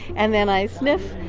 and then i sniff,